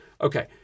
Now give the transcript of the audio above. Okay